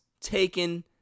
taken